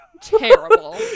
terrible